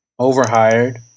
overhired